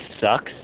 sucks